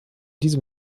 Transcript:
diese